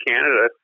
Canada